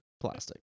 plastic